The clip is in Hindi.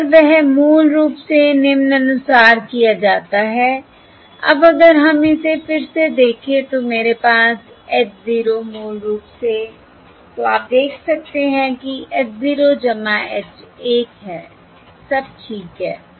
और वह मूल रूप से निम्नानुसार किया जाता है अब अगर हम इसे फिर से देखें तो मेरे पास H 0 मूल रूप से तो आप देख सकते हैं कि h 0 h 1 है सब ठीक है